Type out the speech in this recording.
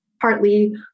partly